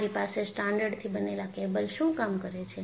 તમારી પાસે સ્ટ્રાન્ડથી બનેલા કેબલ શું કામ કરે છે